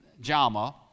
JAMA